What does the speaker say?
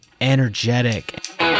energetic